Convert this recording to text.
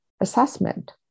assessment